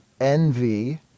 Envy